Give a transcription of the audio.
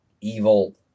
evil